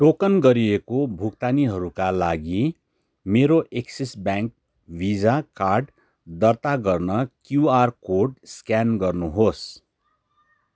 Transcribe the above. token गरिएको भुक्तानीहरूका लागि मेरो एक्सिस ब्याङ्क भिसा कार्ड दर्ता गर्न क्युआर कोड स्क्यान गर्नुहोस्